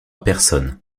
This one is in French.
personne